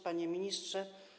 Panie Ministrze!